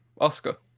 Oscar